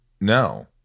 no